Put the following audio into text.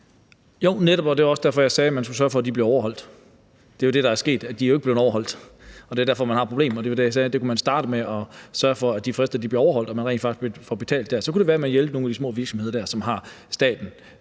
Jo, netop, og det var også derfor, jeg sagde, at man skulle sørge for, at de blev overholdt. Det, der er sket, er jo, at de ikke er blevet overholdt. Det er derfor, man har et problem, og det var det, jeg sagde – at man kunne starte med at sørge for, at de frister blev overholdt, og at man rent faktisk fik betalt dér. Så kunne det være, at man kunne hjælpe nogle af de små virksomheder, som har staten